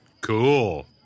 Cool